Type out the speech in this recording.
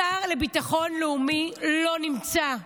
השר לביטחון לאומי לא נמצא.